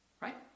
right